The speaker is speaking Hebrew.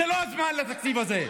זה לא הזמן לתקציב הזה.